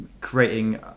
creating